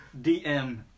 DM